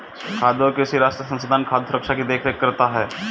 खाद्य और कृषि राष्ट्रीय संस्थान खाद्य सुरक्षा की देख रेख करता है